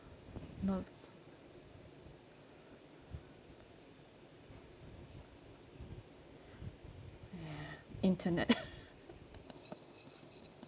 not internet